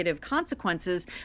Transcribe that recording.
consequences